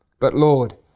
but lord,